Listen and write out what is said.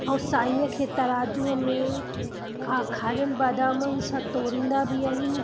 ऐं साईअ खे तराजूअ में खा खारियल बादामुनि सां तोरींदा बि आहिनि